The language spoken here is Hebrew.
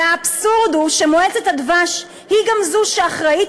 והאבסורד הוא שמועצת הדבש היא גם זו שאחראית,